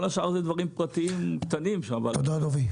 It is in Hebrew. כל השאר זה דברים פרטיים קטנים --- תודה, דובי.